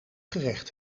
gerecht